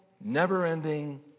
never-ending